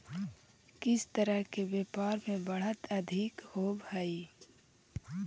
किस तरह के व्यापार में बढ़त अधिक होवअ हई